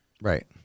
Right